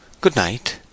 Good-night